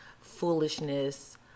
foolishness